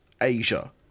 asia